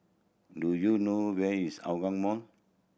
do you know where is Hougang Mall